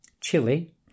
Chili